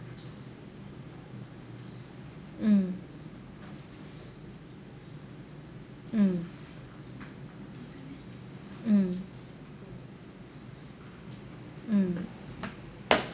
mm mm mm mm